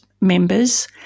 members